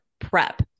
prep